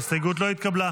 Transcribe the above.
ההסתייגות לא התקבלה.